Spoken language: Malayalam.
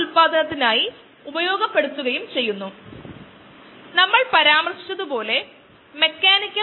ഉദാഹരണത്തിന് ഗ്ലൂക്കോസിന്റെയും ലാക്ടോസിന്റെയും മിശ്രിതം ഉണ്ടെങ്കിൽ